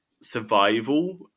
survival